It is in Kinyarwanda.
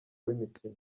w’imikino